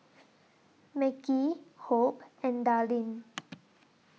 Mekhi Hope and Darlene